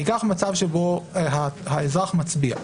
ניקח מצב שבו האזרח מצביע.